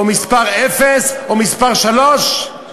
או מספר אפס או מספר שלוש?